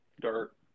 dirt